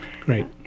Great